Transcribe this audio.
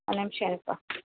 ஒரு நிமிடம் இருப்பா